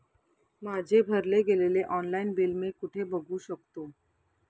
माझे भरले गेलेले ऑनलाईन बिल मी कुठे बघू शकतो?